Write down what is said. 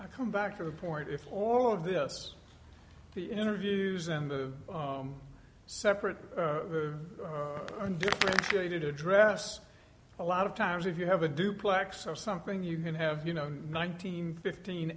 i come back to the point if all of this the interviews and the separate and they did address a lot of times if you have a duplex or something you can have you know nineteen fifteen